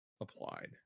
applied